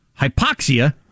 Hypoxia